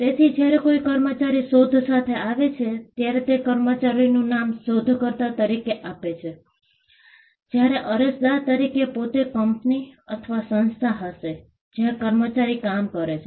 તેથી જ્યારે કોઈ કર્મચારી શોધ સાથે આવે છે ત્યારે તે કર્મચારીનું નામ શોધકર્તા તરીકે આપે છે જ્યારે અરજદાર તરીકે પોતે કંપની અથવા સંસ્થા હશે જ્યાં કર્મચારી કામ કરે છે